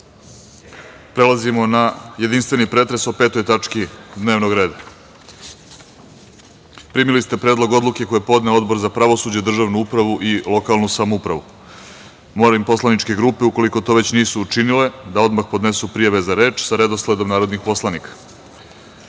radom. Prelazimo na jedinstveni pretres po Petoj tački dnevnog reda. Primili ste Predlog odluke koju je podneo Odbor za pravosuđe, državnu upravu i lokalnu samoupravu. Molim poslaničke grupe, ukoliko to već nisu učinile, da odmah podnesu prijave za reč sa redosledom narodnih poslanika. Saglasno